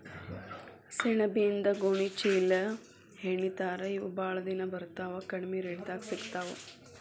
ಸೆಣಬಿನಿಂದ ಗೋಣಿ ಚೇಲಾಹೆಣಿತಾರ ಇವ ಬಾಳ ದಿನಾ ಬರತಾವ ಕಡಮಿ ರೇಟದಾಗ ಸಿಗತಾವ